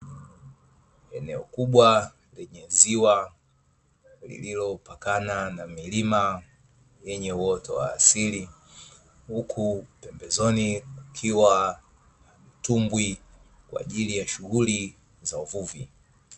Eneo kubwa lenye ziwa, lililopakana na milima, lenye uoto wa asili huku pembezoni kukiwa na mtumbwi Kwa ajili ya shughuli za uvuvi.